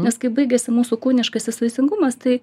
nes kai baigiasi mūsų kūniškasis vaisingumas tai